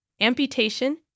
amputation